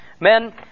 Men